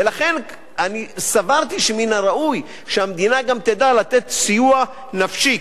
ולכן אני סברתי שמן הראוי שהמדינה גם תדע לתת סיוע נפשי,